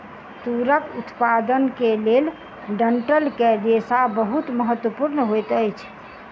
तूरक उत्पादन के लेल डंठल के रेशा बहुत महत्वपूर्ण होइत अछि